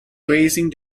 grazing